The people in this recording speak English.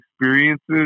experiences